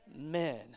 Amen